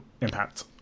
impact